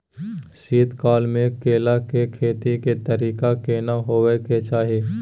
शीत काल म केला के खेती के तरीका केना होबय के चाही?